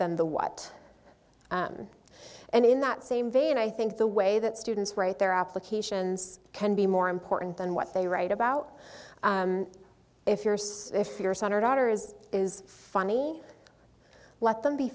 than the what and in that same vein i think the way that students write their applications can be more important than what they write about if you're so if your son or daughter is funny let them be